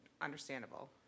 Understandable